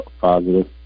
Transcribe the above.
positive